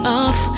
off